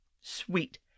Sweet